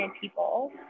people